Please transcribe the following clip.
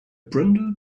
brindle